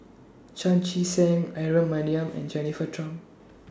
Chan Chee Seng Aaron Maniam and Jennifer Tham